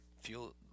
feel